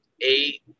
eight